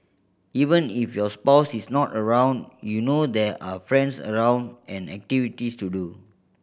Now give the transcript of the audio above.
even if your spouse is not around you know there are friends around and activities to do